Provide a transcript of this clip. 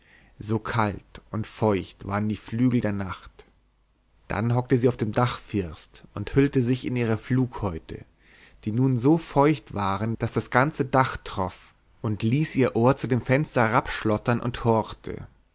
so kalt und feucht waren die flügel der nacht dann hockte sie auf dem dachfirst und hüllte sich in ihre flughäute die nun so feucht waren daß das ganze dach troff und ließ ihr ohr zu dem fenster herabschlottern und horchte